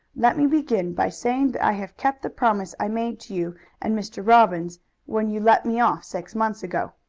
let me begin by saying that i have kept the promise i made to you and mr. robbins when you let me off six months ago.